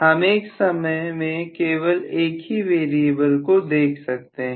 हम एक समय में एक ही वेरिएबल को देख रहे हैं